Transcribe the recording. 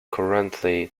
currently